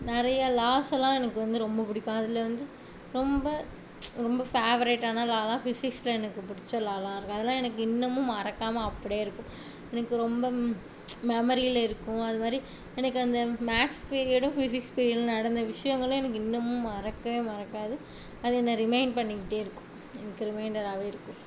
நிறைய லாஸ்ஸெல்லாம் எனக்கு வந்து ரொம்ப பிடிக்கும் அதில் வந்து ரொம்ப ரொம்ப ஃபேவரட்டான லாலாம் ஃபிசிக்ஸில் எனக்கு பிடிச்ச லாலாம் இருக்குது அதலாம் எனக்கு இன்னமும் மறக்காமல் அப்படியே இருக்கும் எனக்கு ரொம்ப மெமரியில் இருக்கும் அது மாதிரி எனக்கு அந்த மேத்ஸ் பீரியடும் ஃபிசிக்ஸ் பீரியடும் நடந்த விஷயங்களும் எனக்கு இன்னமும் மறக்கவே மறக்காது அது என்ன ரிமைண்ட் பண்ணிகிட்டே இருக்கும் எனக்கு ரிமைண்டர்ராகவே இருக்கும்